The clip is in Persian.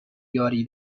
یاری